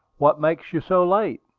what makes you so late?